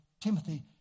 Timothy